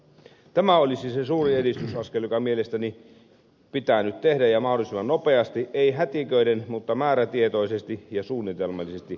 tämä olisi se suuri edistysaskel joka mielestäni pitää nyt tehdä ja mahdollisimman nopeasti ei hätiköiden mutta määrätietoisesti ja suunnitelmallisesti